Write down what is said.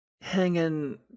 Hanging